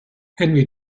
henry